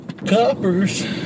coppers